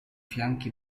fianchi